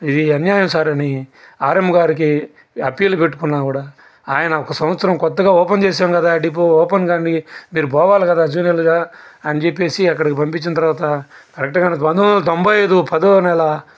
ఇది అన్యాయం సార్ అని ఆర్ఎం గారికి అప్పీల్ పెట్టుకున్నా కూడా ఆయన ఒక సంవత్సరం కొత్తగా ఓపెన్ చేశాం కదా డిపో ఓపెన్ కానీ మీరు పోవాలి కదా జూనియర్లుగా అని చెప్పేసి అక్కడికి పంపించిన తరువాత కరెక్టుగా పంతొమ్మిదివందల తొంభై ఐదు పదో నెల